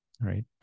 right